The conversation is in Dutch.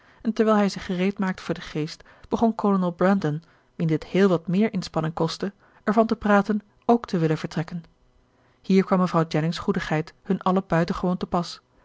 en terwijl hij zich gereedmaakte voor de reis begon kolonel brandon wien dit heel wat meer inspanning kostte ervan te praten ook te willen vertrekken hier kwam mevrouw jennings goedigheid hun allen buitengewoon te pas